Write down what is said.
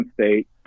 state